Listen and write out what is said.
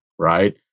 right